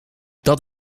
dat